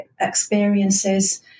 experiences